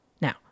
Now